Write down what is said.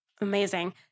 Amazing